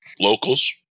locals